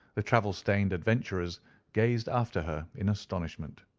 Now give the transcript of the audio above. the travel-stained adventurers gazed after her in astonishment,